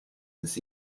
this